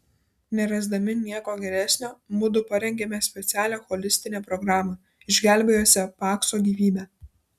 nerasdami nieko geresnio mudu parengėme specialią holistinę programą išgelbėjusią pakso gyvybę